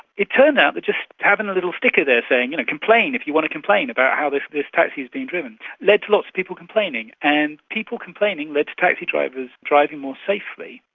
it turned out that just having a little sticker there saying and complain if you want to complain about how this this taxi is being driven led to lots of people complaining, and people complaining led to taxi drivers driving more safely.